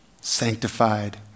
sanctified